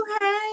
Hey